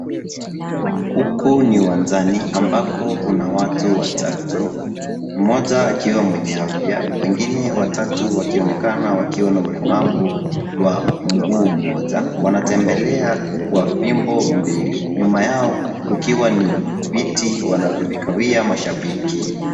Huku ni uwanjani ambako kuna watu watatu. Mmoja akiwa mwenye afya wengine watatu wakionekana wakiwa na ulemavu wa miguu moja. Wanatembelea kwa fimbo mbili. Nyuma yao kukiwa ni viti wnavyovikalia mashabiki.